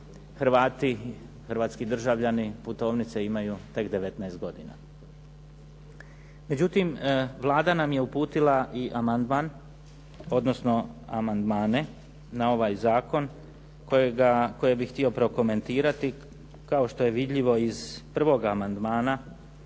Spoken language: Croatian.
Hrvati, hrvatski državljani putovnice imaju tek 19 godina. Međutim, Vlada nam je uputila i amandman, odnosno amandmane na ovaj zakon koje bi htio prokomentirati. Kao što je vidljivo iz 1. amandmana,